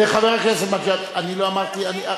חבר הכנסת מגלי, אני לא אמרתי.